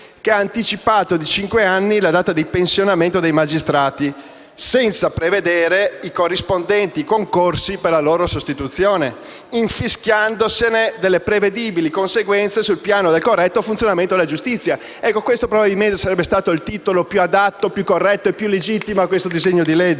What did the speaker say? che ha anticipato di cinque anni la data di pensionamento dei magistrati, senza prevedere i corrispondenti concorsi per la loro sostituzione, infischiandosi delle prevedibili conseguenze sul piano del corretto funzionamento della giustizia». Questo sarebbe stato forse il titolo più adatto, più corretto e più legittimo per il disegno di legge